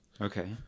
Okay